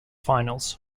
finals